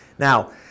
Now